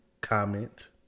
comment